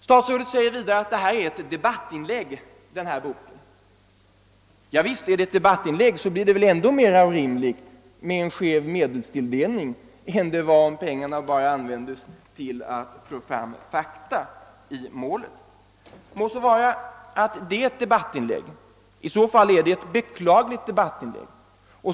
Statsrådet sade vidare att boken är ett debattinlägg. Är den ett debattinlägg, så blir det väl ännu mera orimligt med en skev medelstilldelning än vad det skulle vara om pengarna används bara till att få fram fakta i målet? Må så vara att den är ett debattinlägg, i så fall ett beklagligt sådant.